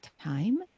time